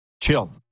chill